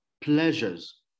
pleasures